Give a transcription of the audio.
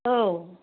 औ